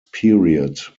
period